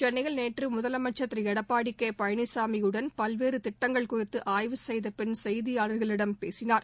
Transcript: சென்னையில் நேற்று முதலமைச்சா் திரு எடப்பாடி கே பழனிசாமி உடன் பல்வேறு திட்டங்கள் குறித்து ஆய்வு செய்த பின் செய்தியாளர்களிடம் பேசினார்